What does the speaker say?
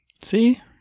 See